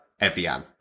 Evian